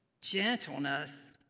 gentleness